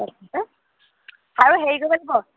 আৰু হেৰি কৰিব লাগিব